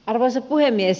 arvoisa puhemies